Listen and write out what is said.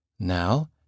Now